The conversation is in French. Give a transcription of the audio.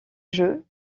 jeu